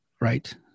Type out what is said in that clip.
right